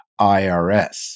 IRS